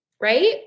Right